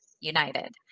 united